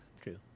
True